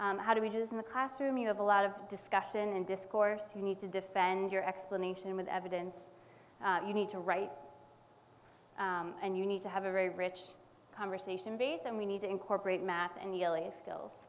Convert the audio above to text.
take how do we just in the classroom you have a lot of discussion and discourse you need to defend your explanation with evidence you need to write and you need to have a very rich conversation base and we need to incorporate math